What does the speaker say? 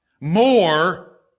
more